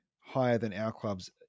higher-than-our-club's